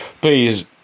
please